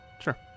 Sure